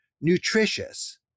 nutritious